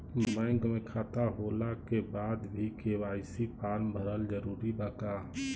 Bank में खाता होला के बाद भी के.वाइ.सी फार्म भरल जरूरी बा का?